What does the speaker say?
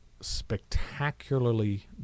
spectacularly